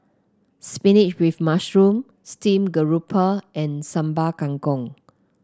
spinach with mushroom Steamed Garoupa and Sambal Kangkong